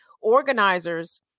organizers